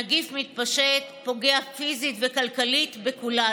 הנגיף מתפשט, פוגע פיזית וכלכלית בכולנו.